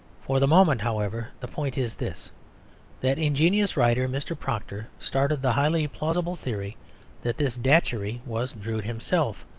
for the moment, however, the point is this that ingenious writer, mr. proctor, started the highly plausible theory that this datchery was drood himself,